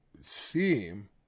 seem